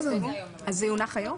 אז זה יונח היום?